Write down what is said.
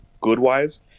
good-wise